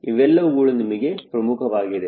ಇವೆಲ್ಲವೂ ನಮಗೆ ಪ್ರಮುಖವಾಗಿವೆ